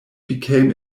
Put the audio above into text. became